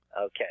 Okay